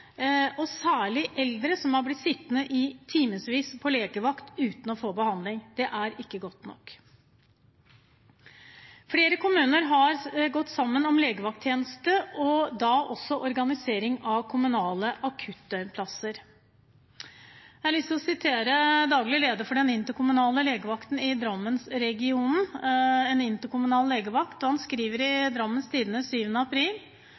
og særlig eldre som har blitt sittende i timevis på legevakt uten å få behandling. Det er ikke godt nok. Flere kommuner har gått sammen om legevakttjeneste og også om organisering av kommunale akuttdøgnplasser. Jeg har lyst til å referere til daglig leder for den interkommunale legevakten i Drammensregionen, en interkommunal legevakt. Han skriver i Drammens Tidende 7. april